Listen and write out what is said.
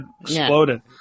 exploded